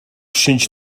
шинж